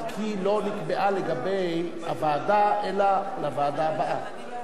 רק היא לא נקבעה לגבי הוועדה אלא לוועדה הבאה.